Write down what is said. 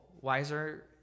Wiser